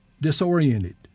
disoriented